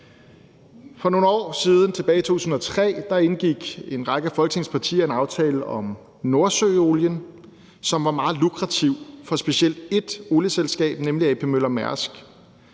For nogle år siden, tilbage i 2003, indgik en række af Folketingets partier en aftale om nordsøolien, som var meget lukrativ for specielt et olieselskab, nemlig A.P. Møller Mærsk.